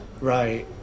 Right